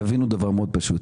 תבינו דבר מאוד פשוט,